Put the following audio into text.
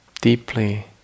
deeply